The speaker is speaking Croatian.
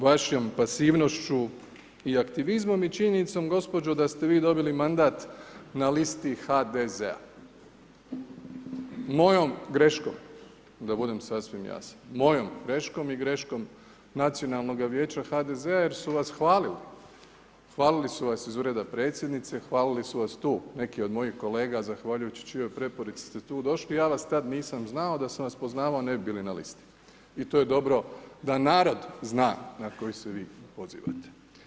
Vašom pasivnošću i aktivizmom i činjenicom gospođo da ste vi dobili mandat na listi HDZ-a, mojom greškom da budem sasvim jasan, mojom greškom i greškom nacionalnoga vijeća HDZ-a jer su vas hvalili, hvalili su vas iz ureda predsjednica, hvalili su vas tu neki od mojih kolega zahvaljujući čijoj preporuci ste tu došli, ja vas tad nisam znao, da sam vas poznavao ne bi bili na listi i to je dobro da narod zna na koji se vi pozivate.